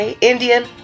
Indian